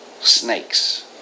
snakes